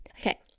Okay